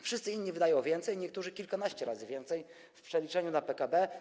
Wszyscy inni wydają więcej, niektórzy kilkanaście razy więcej w przeliczeniu na PKB.